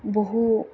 बहु